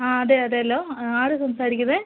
ആ അതെ അതെ അല്ലോ ആ ആരാണ് സംസാരിക്കുന്നത്